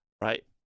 right